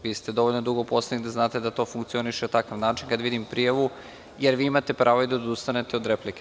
Vi ste dovoljno dugo poslanik da znate da to funkcioniše na takav način, kad vidim prijavu, jer vi imate pravo i da odustanete od replike.